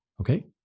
Okay